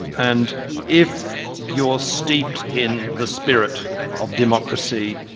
and if you are steeped in the spirit of democracy,